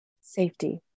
safety